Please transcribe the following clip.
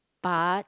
but